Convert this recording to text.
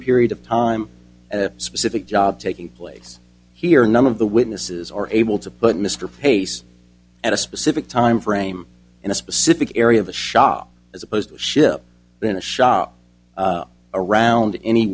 period of time and a specific job taking place here none of the witnesses are able to put mr pace at a specific time frame in a specific area of the shop as opposed to ship in a shop around any